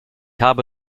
habe